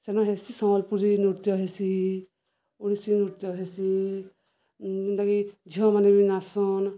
ସେମାନେ ହେସି ସମ୍ବଲପୁରୀ ନୃତ୍ୟ ହେସି ଓଡ଼ିଶୀ ନୃତ୍ୟ ହେସି ଯେନ୍ତାକି ଝିଅମାନେ ବି ନାଚସନ